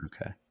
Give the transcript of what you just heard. Okay